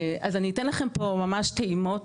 אני אתן לכם פה ממש טעימות.